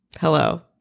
Hello